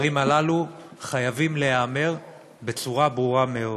הדברים הללו חייבים להיאמר בצורה ברורה מאוד.